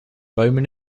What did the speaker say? bowman